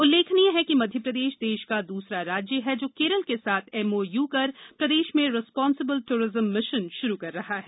उल्लेखनीय है कि मध्यप्रदेश देश का दूसरा राज्य है जो केरल के साथ एमओयू कर प्रदेश में रिस्पांसिबिल टूरिज्म मिशन आरंभ कर रहा है